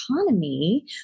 economy